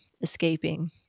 escaping